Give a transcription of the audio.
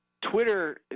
Twitter